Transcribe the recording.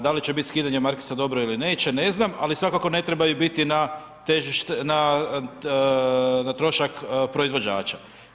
Da li će biti skidanje markica dobro ili neće ne znam, ali svakako ne trebaju biti na, težište, na trošak proizvođača.